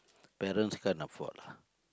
parents can afford lah